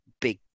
big